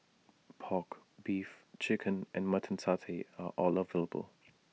Pork Beef Chicken and Mutton Satay are all available